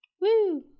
Woo